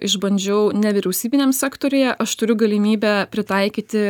išbandžiau nevyriausybiniam sektoriuje aš turiu galimybę pritaikyti